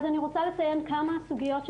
אז אני רוצה לציין כמה סוגיות,